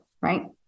Right